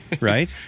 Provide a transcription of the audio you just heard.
right